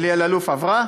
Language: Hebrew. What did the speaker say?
אלי אלאלוף, עברה?